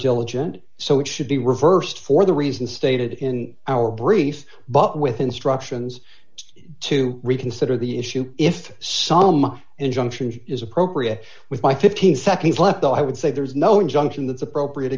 diligent so it should be reversed for the reason stated in our brief but with instructions to reconsider the issue if some injunction is appropriate with my fifteen seconds left i would say there is no injunction that's appropriate